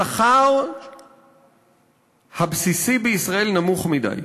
השכר הבסיסי בישראל נמוך מדי.